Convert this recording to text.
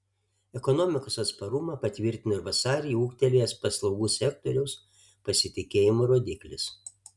ekonomikos atsparumą patvirtino ir vasarį ūgtelėjęs paslaugų sektoriaus pasitikėjimo rodiklis